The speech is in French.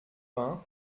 vingt